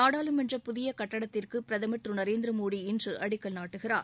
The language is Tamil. நாடாளுமன்ற புதிய கட்டடத்திற்கு பிரதமர் திரு நரேந்திர மோடி இன்று அடிக்கல் நாட்டுகிறார்